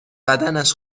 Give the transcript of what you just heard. بدنش